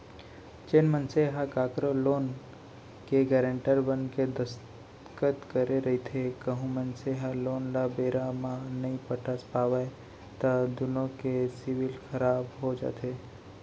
जेन मनसे ह कखरो लोन के गारेंटर बनके दस्कत करे रहिथे कहूं मनसे ह लोन ल बेरा म नइ पटा पावय त दुनो के सिविल खराब हो जाथे